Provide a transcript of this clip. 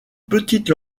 petite